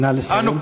נא לסיים.